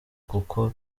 kuko